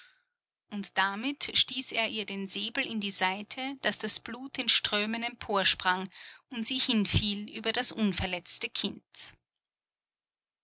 und damit stieß er ihr den säbel in die seite daß das blut in strömen emporsprang und sie hinfiel über das unverletzte kind